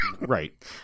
right